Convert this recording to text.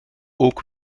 ook